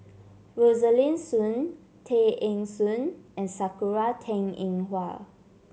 Rosaline Soon Tay Eng Soon and Sakura Teng Ying Hua